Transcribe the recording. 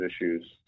issues